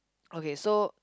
okay so